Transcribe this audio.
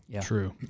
true